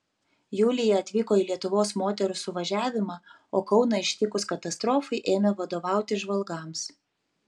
julija atvyko į lietuvos moterų suvažiavimą o kauną ištikus katastrofai ėmė vadovauti žvalgams